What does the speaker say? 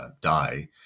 die